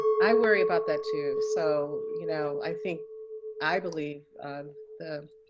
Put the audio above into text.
i worry about that too. so you know, i think i believe the